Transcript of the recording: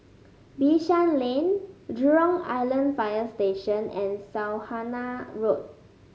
Bishan Lane Jurong Island Fire Station and Saujana Road